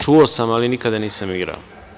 Čuo sam ali nikada nisam igrao.